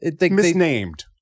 Misnamed